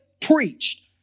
preached